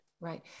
right